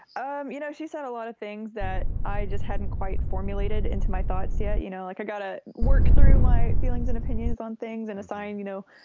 um you know, she's had a lot of things that i just hadn't quite formulated into my thoughts yet. you know, like i got to work through my feelings and opinions on things and assigned, you know,